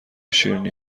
شیرینی